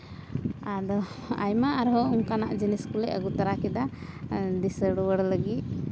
ᱟᱫᱚ ᱟᱨᱦᱚᱸ ᱟᱭᱢᱟ ᱟᱨᱚ ᱚᱱᱠᱟᱱᱟᱜ ᱡᱤᱱᱤᱥ ᱠᱚᱞᱮ ᱟᱹᱜᱩ ᱛᱟᱨᱟ ᱠᱮᱫᱟ ᱫᱤᱥᱟᱹ ᱨᱩᱣᱟᱹᱲ ᱞᱟᱹᱜᱤᱫ